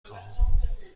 خواهم